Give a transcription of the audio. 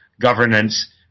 governance